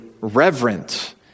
reverent